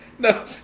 No